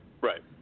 Right